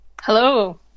Hello